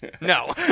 No